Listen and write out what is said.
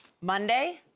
Monday